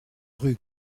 rue